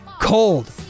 Cold